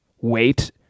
wait